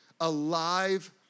alive